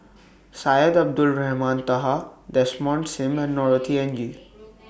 Syed Abdulrahman Taha Desmond SIM and Norothy Ng